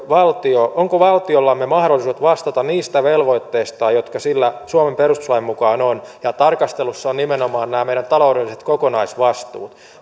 valtio onko valtiollamme mahdollisuudet vastata niistä velvoitteista jotka sillä suomen perustuslain mukaan ovat ja tarkastelussa ovat nimenomaan nämä meidän taloudelliset kokonaisvastuumme